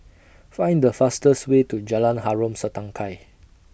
Find The fastest Way to Jalan Harom Setangkai